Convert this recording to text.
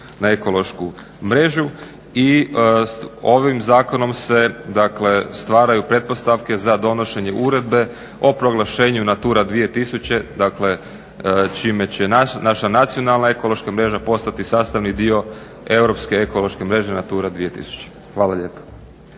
na ekološku mrežu i ovim zakonom se stvaraju pretpostavke za donošenje uredbe o proglašenju NATURA 2000 čime će naša nacionalna ekološka mreža postati sastavni dio europske ekološke mreže NATURA 2000. Hvala lijepo.